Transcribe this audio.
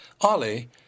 Ollie